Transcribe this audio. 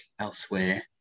elsewhere